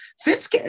Fitz